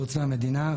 חוץ מהמדינה,